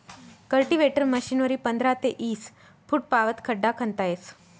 cultivator मशीनवरी पंधरा ते ईस फुटपावत खड्डा खणता येस